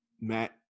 Matt